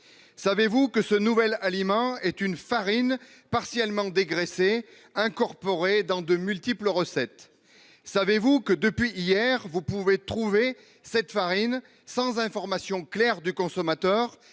Savez-vous que ce nouvel aliment est une farine partiellement dégraissé incorporé dans de multiples recettes. Savez-vous que depuis hier vous pouvez trouver cette farine sans information claire du consommateur